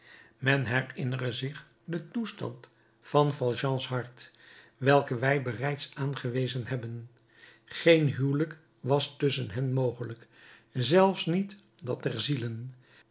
men herinnere zich den toestand van valjeans hart welken wij bereids aangewezen hebben geen huwelijk was tusschen hen mogelijk zelfs niet dat der zielen